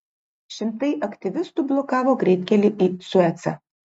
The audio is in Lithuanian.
šimtai aktyvistų blokavo greitkelį į suecą